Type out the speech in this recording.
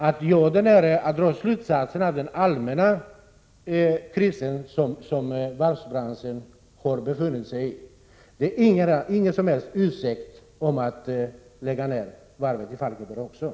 Att man drar slutsatser av den allmänna kris som varvsbranschen har befunnit sig i är ingen som helst ursäkt för att lägga ned även varvet i Falkenberg.